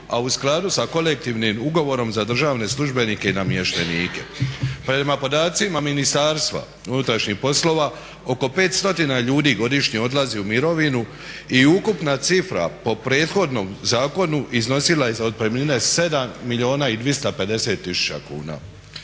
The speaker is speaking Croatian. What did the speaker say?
a u skladu sa kolektivnim ugovorom za državne službenike i namještenike. Prema podacima Ministarstva unutarnjih poslova oko 500 ljudi godišnje odlazi u mirovinu i ukupna cifra po prethodnom zakonu iznosila je za otpremnine 7 milijuna i 250 tisuća kuna.